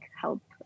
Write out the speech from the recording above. help